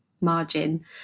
margin